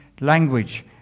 language